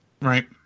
Right